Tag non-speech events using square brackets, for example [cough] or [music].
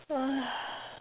[noise]